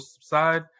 side